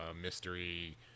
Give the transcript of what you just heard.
mystery